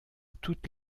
toutes